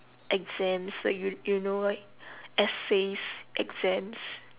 exams like you you know like essays exams